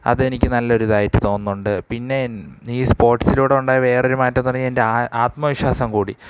അതെനിക്ക് നല്ലൊരിതായിട്ട് തോന്നുന്നുണ്ട് പിന്നെ ഈ സ്പോർട്സിലൂടെ ഉണ്ടായ വേറൊരു മാറ്റമെന്നു പറഞ്ഞാല് എൻ്റെ ആ ആത്മവിശ്വാസം കൂടി